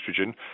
estrogen